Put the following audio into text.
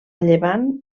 llevant